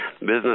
business